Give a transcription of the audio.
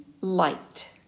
light